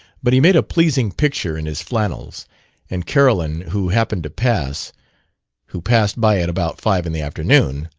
but he made a pleasing picture in his flannels and carolyn, who happened to pass who passed by at about five in the afternoon,